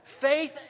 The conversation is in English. Faith